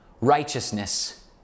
righteousness